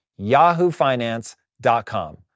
yahoofinance.com